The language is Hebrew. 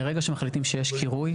מרגע שמחליטים שיש קירוי,